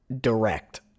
Direct